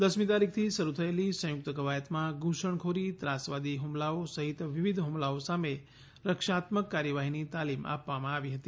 દસમી તારીખથી શરૂ થયેલી સંયુક્ત કવાયતમાં ધુસણખોરી ત્રાસવાદી હુમલાઓ સહીત વિવિધ હમલાઓ સામે રક્ષાત્મક કાર્યવાહીની તાલીમ આપવામાં આવી હતી